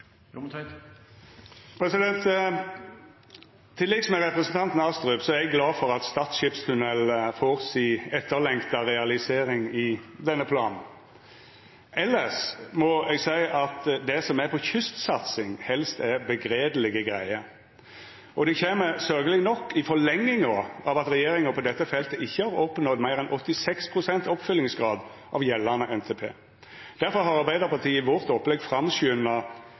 av. Til liks med representanten Astrup er eg glad for at Stad skipstunnel får si etterlengta realisering i denne planen. Elles må eg seia at det som er av kystsatsing, helst er sørgjelege greier. Det kjem sørgjeleg nok i forlenginga av at regjeringa på dette feltet ikkje har oppnådd meir enn 86 pst. oppfyllingsgrad av gjeldande NTP. Difor har Arbeidarpartiet i vårt opplegg framskunda